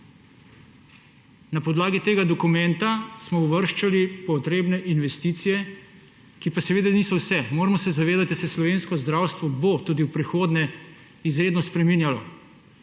Na podlagi tega dokumenta smo uvrščali potrebne investicije, ki pa seveda niso vse. Moramo se zavedati, da se slovensko zdravstvo bo tudi v prihodnje izredno spreminjalo.